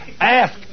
Ask